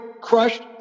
Crushed